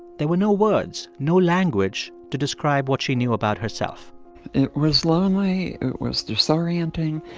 there were no words, no language to describe what she knew about herself it was lonely. it was disorienting.